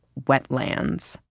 wetlands